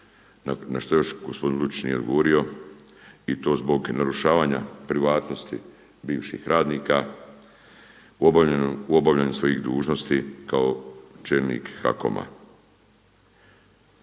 na što još gospodin Lučić nije odgovorio i to zbog narušavanja privatnosti bivših radnika u obavljanju svojih dužnosti kao čelnik HAKOM-a.